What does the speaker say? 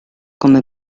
come